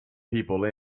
people